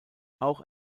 auch